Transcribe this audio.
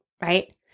right